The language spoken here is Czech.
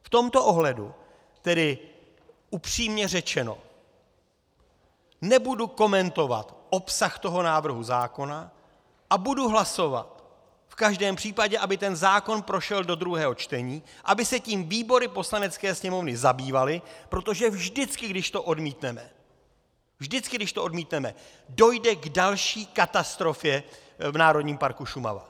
V tomto ohledu tedy, upřímně řečeno, nebudu komentovat obsah toho návrhu zákona a budu hlasovat v každém případě, aby zákon prošel do druhého čtení, aby se tím výbory Poslanecké sněmovny zabývaly, protože vždycky když to odmítneme, dojde k další katastrofě v Národním parku Šumava.